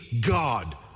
God